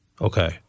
Okay